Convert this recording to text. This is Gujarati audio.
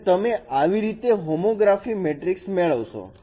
અને તમે આવી રીતે હોમોગ્રાફી મેટ્રિક્સ મેળવશો